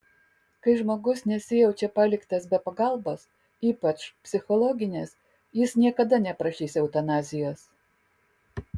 kai žmogus nesijaučia paliktas be pagalbos ypač psichologinės jis niekada neprašys eutanazijos